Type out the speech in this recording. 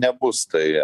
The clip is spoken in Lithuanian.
nebus tai